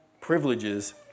privileges